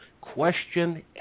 Question